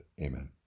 Amen